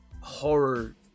horror